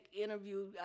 interview